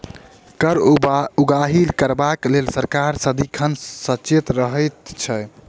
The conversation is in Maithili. कर उगाही करबाक लेल सरकार सदिखन सचेत रहैत छै